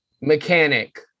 mechanic